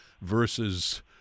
versus